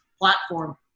platform